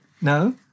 No